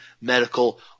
medical